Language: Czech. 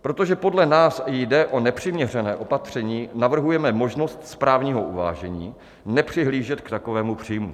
Protože podle nás jde o nepřiměřené opatření, navrhujeme možnost správního uvážení nepřihlížet k takovému příjmu.